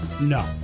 No